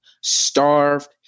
starved